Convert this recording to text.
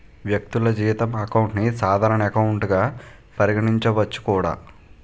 వ్యక్తులు జీతం అకౌంట్ ని సాధారణ ఎకౌంట్ గా పరిగణించవచ్చు కూడా